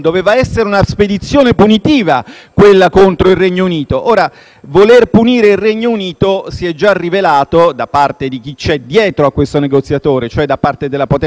voler punire il Regno Unito si è già rivelato, da parte di chi c'è dietro a questo negoziatore, cioè da parte della potenza egemone, la Germania, un errore piuttosto grave. In questo